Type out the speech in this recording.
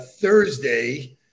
Thursday